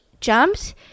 jumped